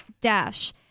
dash